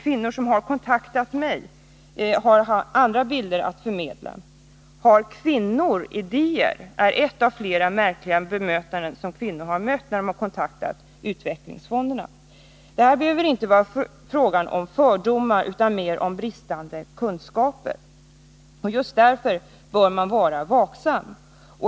Kvinnor som kontaktat mig har haft andra bilder att förmedla. ”Har kvinnor idéer?” är ett av de märkliga svar som kvinnor mötts av när de har kontaktat utvecklingsfonderna. Det behöver inte vara fråga om fördomar utan kanske mer om bristande kunskaper. Just därför bör man vara vaksam.